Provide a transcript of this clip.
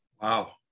Wow